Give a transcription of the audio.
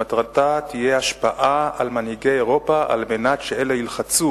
שמטרתה תהיה השפעה על מנהיגי אירופה על מנת שאלה ילחצו